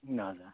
ए हजुर